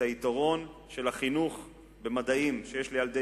את היתרון של החינוך במדעים שיש לילדי